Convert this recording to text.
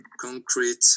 concrete